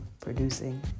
producing